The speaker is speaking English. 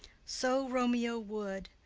so romeo would,